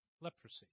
leprosy